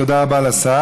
תודה רבה לשר.